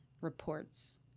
reports